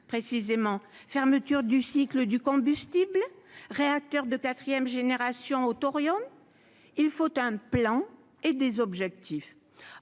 précisément fermeture du cycle du combustible, réacteurs de 4ème génération thorium il faut un plan et des objectifs,